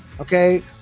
Okay